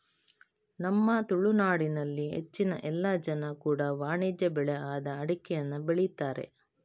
ನಮ್ಮ ತುಳುನಾಡಿನಲ್ಲಿ ಹೆಚ್ಚಿನ ಎಲ್ಲ ಜನ ಕೂಡಾ ವಾಣಿಜ್ಯ ಬೆಳೆ ಆದ ಅಡಿಕೆಯನ್ನ ಬೆಳೀತಾರೆ